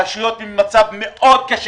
הרשויות במצב קשה מאוד.